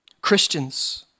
Christians